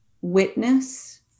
witness